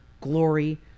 glory